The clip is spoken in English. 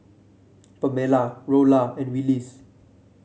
Pamella Rolla and Willis